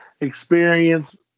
experience